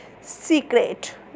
Secret